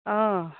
অ